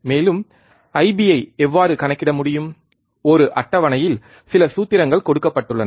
மேலும் IB ஐ எவ்வாறு கணக்கிட முடியும் ஒரு அட்டவணையில் சில சூத்திரங்கள் கொடுக்கப்பட்டுள்ளன